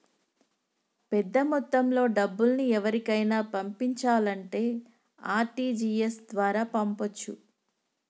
పెద్దమొత్తంలో డబ్బుల్ని ఎవరికైనా పంపించాలంటే ఆర్.టి.జి.ఎస్ ద్వారా పంపొచ్చు